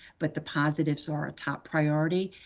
but the positives are a top priority.